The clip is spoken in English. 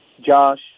Josh